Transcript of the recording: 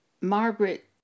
Margaret